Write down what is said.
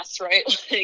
right